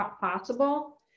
possible